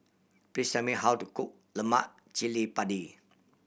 please tell me how to cook lemak cili padi